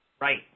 Right